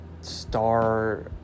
star